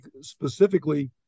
specifically